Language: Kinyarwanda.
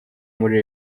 muri